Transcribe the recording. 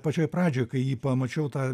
pačioj pradžioj kai jį pamačiau tą